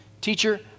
Teacher